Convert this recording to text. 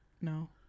No